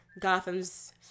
Gotham's